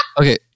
Okay